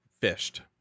fished